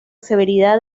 severidad